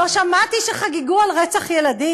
לא שמעתי שחגגו על רצח ילדים.